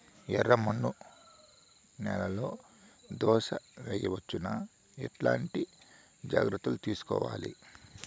ఎర్రమన్ను నేలలో దోస వేయవచ్చునా? ఎట్లాంటి జాగ్రత్త లు తీసుకోవాలి?